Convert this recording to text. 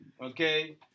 Okay